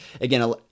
again